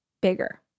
bigger